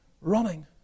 running